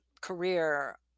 career